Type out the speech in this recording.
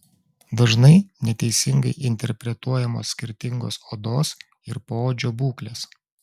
dažnai neteisingai interpretuojamos skirtingos odos ir poodžio būklės